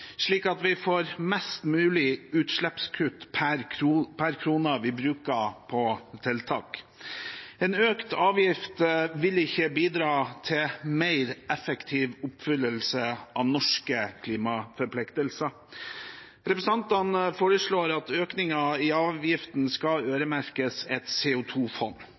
slik at vi får mest mulig utslippskutt per krone vi bruker på tiltak. En økt avgift vil ikke bidra til en mer effektiv oppfyllelse av norske klimaforpliktelser. Representantene foreslår at økningen i avgiften skal øremerkes et